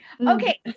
Okay